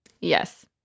Yes